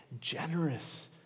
generous